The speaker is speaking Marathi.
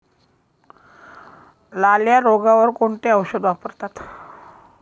लाल्या रोगावर कोणते औषध वापरतात?